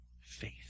faith